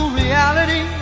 reality